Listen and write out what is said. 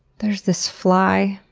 there's this fly,